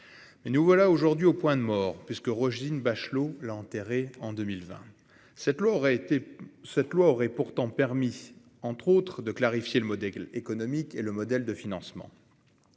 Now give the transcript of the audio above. nous voilà aujourd'hui au point mort puisque Roselyne Bachelot l'enterré en 2020, cette loi aura été cette loi aurait pourtant permis entre autres de clarifier le modèle économique et le modèle de financement